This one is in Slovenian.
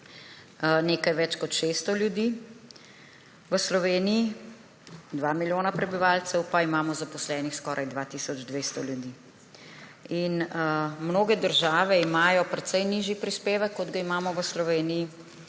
nekaj več kot 600 ljudi, v Sloveniji, 2 milijona prebivalcev, pa imamo zaposlenih skoraj 2 tisoč 200 ljudi. In mnoge države imajo precej nižji prispevek, kot ga imamo v Sloveniji.